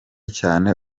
cyane